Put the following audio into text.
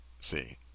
See